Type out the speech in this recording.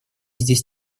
здесь